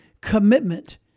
commitment